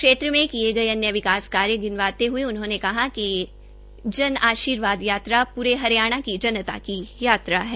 क्षेत्र में किये गये अन्य विकास कार्यो गिनाते हये उन्होंने कहा कि जय जन आर्शीवाद यात्रा प्रे हरियाणा की जनता की यात्रा है